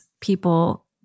people